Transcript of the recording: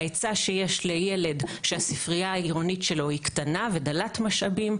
ההיצע שיש לילד שהספרייה העירונית שלו היא קטנה ודלת משאבים,